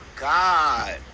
god